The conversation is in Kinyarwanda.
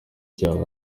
cyaha